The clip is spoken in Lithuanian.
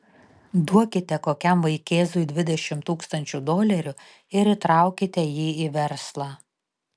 duokite kokiam vaikėzui dvidešimt tūkstančių dolerių ir įtraukite jį į verslą